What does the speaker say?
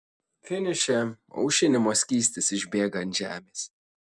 finiše aušinimo skystis išbėga ant žemės